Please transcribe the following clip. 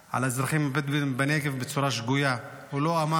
על האזרחים הבדואים בנגב בצורה שגויה, הוא לא אמר